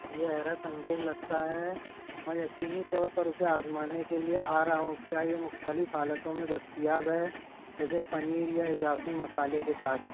یہ حیرت انگیز لگتا ہے میں یقینی طور پر اُسے آزمانے کے لیے آ رہا ہوں کیا یہ مختلف حالتوں میں دستیاب ہے جیسے پنیر یا اضافی مسالے کے ساتھ